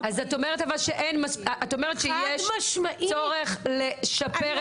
את יודעת שיש צורך לשפר -- חד-משמעית.